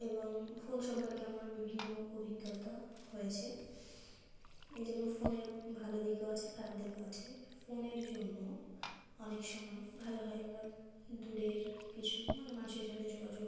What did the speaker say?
এবং ফোন সম্পর্কে আমার বিভিন্ন অভিজ্ঞতা হয়েছে এই যেমন ফোনের ভালো দিকও আছে খারাপ দিকও আছে ফোনের জন্য অনেক সময় ভালো হয় আমরা দূরের কিছু মানে মানুষের সাথে যোগাযোগ